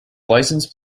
license